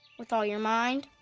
with all your mind,